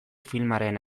filmaren